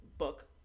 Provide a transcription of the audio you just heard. book